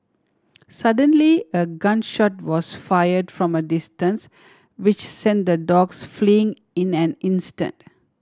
suddenly a gun shot was fire from a distance which sent the dogs fleeing in an instant